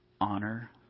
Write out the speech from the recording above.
Honor